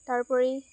তাৰোপৰি